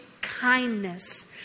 kindness